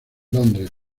londres